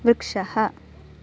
वृक्षः